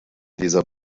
dieser